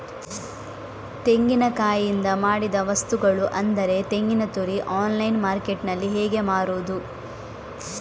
ತೆಂಗಿನಕಾಯಿಯಿಂದ ಮಾಡಿದ ವಸ್ತುಗಳು ಅಂದರೆ ತೆಂಗಿನತುರಿ ಆನ್ಲೈನ್ ಮಾರ್ಕೆಟ್ಟಿನಲ್ಲಿ ಹೇಗೆ ಮಾರುದು?